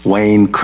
Wayne